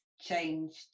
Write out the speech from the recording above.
changed